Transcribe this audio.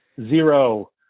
zero